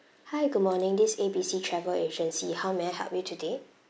hi good morning this is A B C travel agency how may I help you today